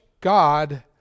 God